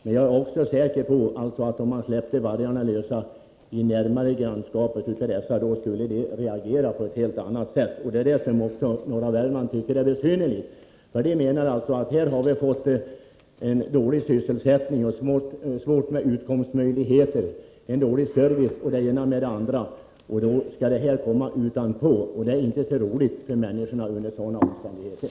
Men jag är säker på att om vargarna släpptes lösa i dessa människors grannskap, skulle människorna reagera på ett helt annat sätt. Invånarna i norra Värmland tycker att detta förhållande är besynnerligt. De menar att sysselsättningen där har blivit dålig. Det har blivit svårt när det gäller utkomstmöjligheterna. Servicen har blivit dålig etc. Ovanpå allt detta kommer det här med vargarna. Det är inte roligt för människorna att leva under sådana omständigheter.